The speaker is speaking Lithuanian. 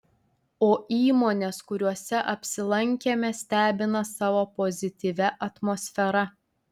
o įmonės kuriose apsilankėme stebina savo pozityvia atmosfera